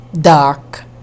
dark